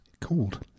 called